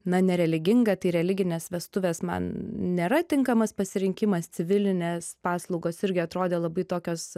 na nereliginga tai religinės vestuvės man nėra tinkamas pasirinkimas civilinės paslaugos irgi atrodė labai tokios